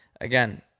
again—